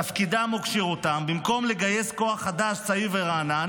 תפקידם או כשירותם במקום לגייס כוח חדש צעיר ורענן